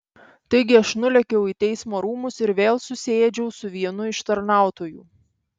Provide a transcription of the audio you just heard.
taigi aš nulėkiau į teismo rūmus ir vėl susiėdžiau su vienu iš tarnautojų